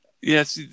Yes